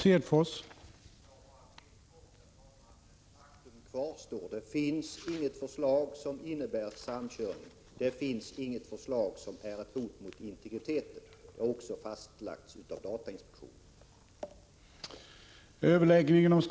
Herr talman! Helt kort: Faktum kvarstår. Det finns inget förslag som innebär samkörning.